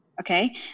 Okay